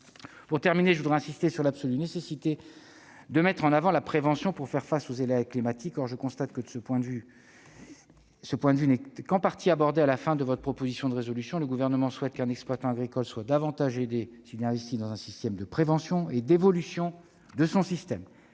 Pour terminer, je veux insister sur l'absolue nécessité de mettre en avant la prévention pour faire face aux aléas climatiques. Je constate que ce point de vue n'est qu'en partie abordé par votre proposition de résolution, à la fin. Le Gouvernement souhaite qu'un exploitant agricole soit davantage aidé s'il investit dans un système de prévention et d'évolution de son